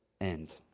end